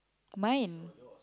mine